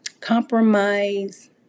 compromise